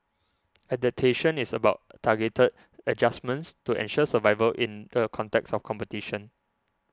adaptation is about targeted adjustments to ensure survival in the context of competition